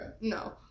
No